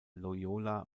loyola